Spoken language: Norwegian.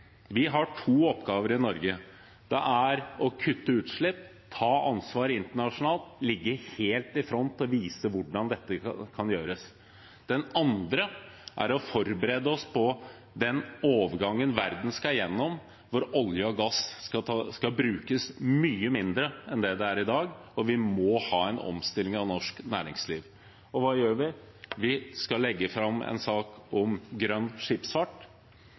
Vi har to oppgaver i Norge. Den første er å kutte utslipp, ta ansvar internasjonalt, ligge helt i front og vise hvordan dette kan gjøres. Den andre er å forberede oss på den overgangen verden skal gjennom når olje og gass skal brukes mye mindre enn i dag, og vi må ha en omstilling av norsk næringsliv. Og hva gjør vi? Vi skal legge fram en sak om grønn skipsfart.